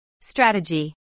strategy